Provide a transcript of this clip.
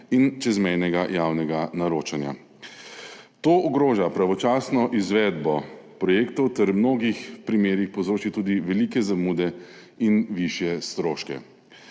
in čezmejnega javnega naročanja. To ogroža pravočasno izvedbo projektov ter v mnogih primerih povzroča tudi velike zamude in višje stroške.